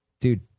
dude